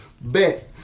Bet